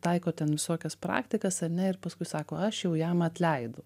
taiko ten visokias praktikas ar ne ir paskui sako aš jau jam atleidau